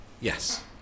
Yes